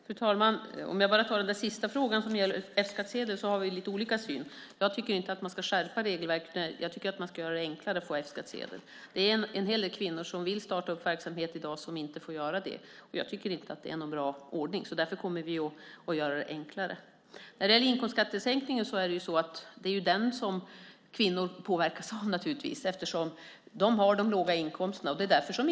Fru talman! Jag går till den sista frågan som gäller F-skattsedel där vi ha lite olika syn. Jag tycker inte att man ska skärpa regelverket utan göra det lättare att få F-skattsedel. Det är en hel del kvinnor som vill starta verksamhet i dag som inte får göra det. Det är inte något bra ordning. Därför kommer vi att göra det enklare. Kvinnor påverkas av inkomstskattesänkningen eftersom de har de låga inkomsterna.